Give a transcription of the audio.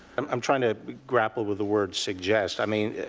i'm trying to grapple with the word suggest. i mean,